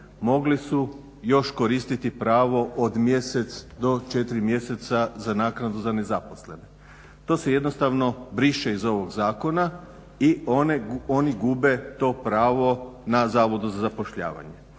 mogli su još koristiti pravo od mjesec do četiri mjeseca za naknadu za nezaposlene. To su jednostavno briše iz ovog zakona i oni gube to pravo na zavodu za zapošljavanje.